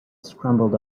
scrambled